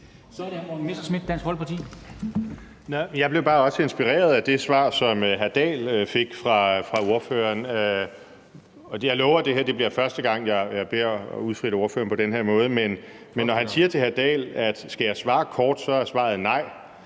Jeg blev bare også inspireret af det svar, som hr. Henrik Dahl fik fra ordføreren, og jeg lover, at det her bliver sidste gang, jeg udfritter ordføreren på den her måde, men når han siger til hr. Henrik Dahl, at skal jeg svare kort, er svaret nej,